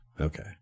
okay